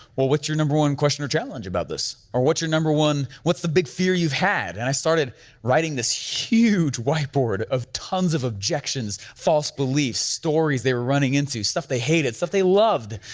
well, what's your number one question or challenge about this? or what's your number one, what's the big fear you've had? and i started writing this huge whiteboard of tons of objections, false beliefs, stories they were running into, stuff they hated stuff they loved,